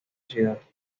ciudad